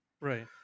right